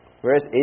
Whereas